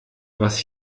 was